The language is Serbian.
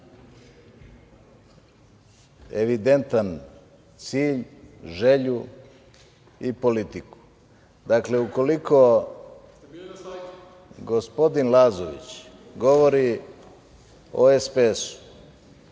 evidentan cilj, želju i politiku. Dakle, ukoliko gospodin Lazović govori o SPS,